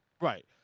Right